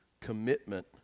commitment